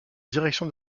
direction